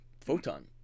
photon